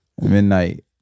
midnight